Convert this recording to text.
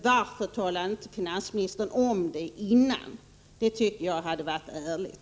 Varför talade inte finansministern om det innan beskattningen genomfördes? Det tycker jag hade varit ärligt.